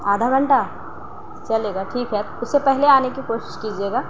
آدھا گھنٹہ چلے گا ٹھیک ہے اس سے پہلے آنے کی کوشش کیجیے گا